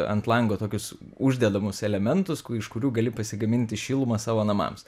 ant lango tokius uždedamus elementus kur iš kurių gali pasigaminti šilumą savo namams